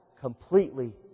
completely